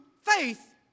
faith